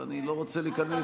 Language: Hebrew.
ואני לא רוצה להיכנס,